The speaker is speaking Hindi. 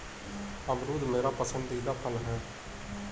अमरूद मेरा पसंदीदा फल है